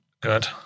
Good